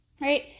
right